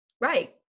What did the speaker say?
Right